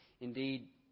Indeed